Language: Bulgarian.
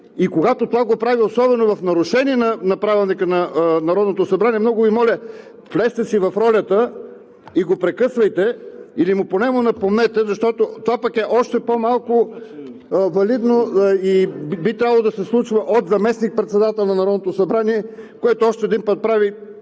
и когато това го прави особено в нарушение на Правилника на Народното събрание, много Ви моля, влезте си в ролята, и го прекъсвайте. Или поне му напомнете, защото това още по-малко е валидно и би трябвало да се случва от заместник-председател на Народното събрание!? Което още един път прави